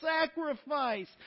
sacrifice